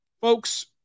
folks